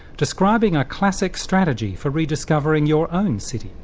describing a classic strategy for rediscovering your own city.